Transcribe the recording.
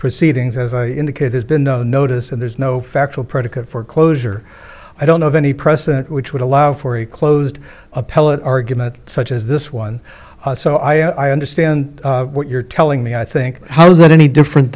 proceedings as i indicated there's been no notice and there's no factual predicate for closure i don't know of any precedent which would allow for a closed appellate argument such as this one so i understand what you're telling me i think how is that any different